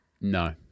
No